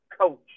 coach